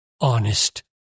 honest